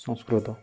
ସଂସ୍କୃତ